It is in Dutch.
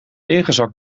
ingezakt